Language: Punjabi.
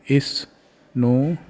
ਇਸ ਨੂੰ